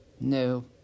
No